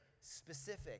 specific